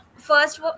first